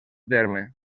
terme